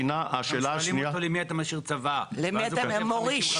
הזכות להמשכיות היא רצון טבעי של כמעט כל